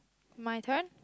my turn